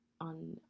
on